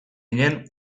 ginen